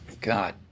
God